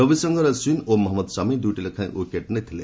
ରବିଶଙ୍କର ଅଶ୍ୱିନୀ ଏବଂ ମହମ୍ମଦ ସାମି ଦୁଇଟି ଲେଖାଏଁ ୱିକେଟ୍ ନେଇଥିଲେ